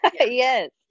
yes